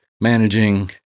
managing